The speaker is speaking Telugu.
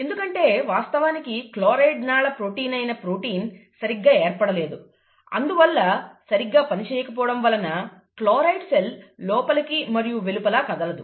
ఎందుకంటే వాస్తవానికి క్లోరైడ్ నాళప్రోటీన్ అయిన ప్రోటీన్ సరిగా ఏర్పడలేదు అందువల్ల సరిగ్గా పనిచేయకపోవడం వలన క్లోరైడ్ సెల్ లోపలికి మరియు వెలుపల కదలదు